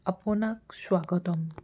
আপোনাক স্বাগতম